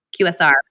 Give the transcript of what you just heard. QSR